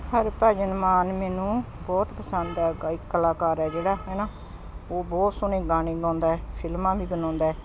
ਹਰਭਜਨ ਮਾਨ ਮੈਨੂੰ ਬਹੁਤ ਪਸੰਦ ਹੈ ਗਾਇਕ ਕਲਾਕਾਰ ਹੈ ਜਿਹੜਾ ਹੈ ਨਾ ਉਹ ਬਹੁਤ ਸੋਹਣੇ ਗਾਣੇ ਗਾਉਂਦਾ ਫਿਲਮਾਂ ਵੀ ਬਣਾਉਂਦਾ